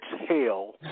hail